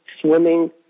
swimming